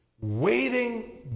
Waiting